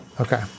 Okay